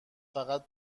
فقط